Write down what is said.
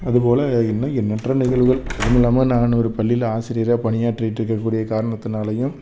அதுபோல் இன்னும் எண்ணற்ற நிகழ்வுகள் இவங்கள மாதிரி நான் ஒரு பள்ளியில் ஆசிரியராக பணியாற்றிட்டு இருக்கக்கூடிய காரணத்துனாலேயும்